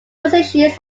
positions